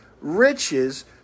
riches